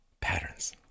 Patterns